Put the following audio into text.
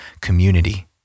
community